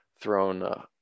thrown